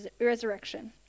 resurrection